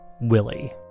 Willie